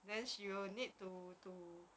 then she will need to to